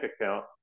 account